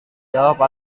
jawab